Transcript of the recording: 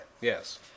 yes